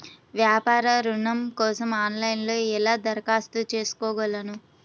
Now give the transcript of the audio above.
వ్యాపార ఋణం కోసం ఆన్లైన్లో ఎలా దరఖాస్తు చేసుకోగలను?